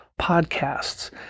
podcasts